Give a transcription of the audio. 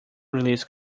release